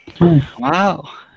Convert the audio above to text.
Wow